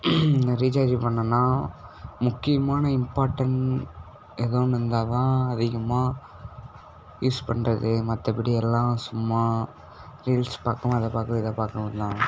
நான் ரீச்சார்ஜ் பண்ணன்னா முக்கியமான இம்பார்டண்ட் எதுவும் இருந்தால் தான் அதிகமாக யூஸ் பண்ணுறது மற்றபடி எல்லாம் சும்மா ரீல்ஸ் பார்க்கவும் அதை பார்க்கவும் இதை பார்க்கவும் தான்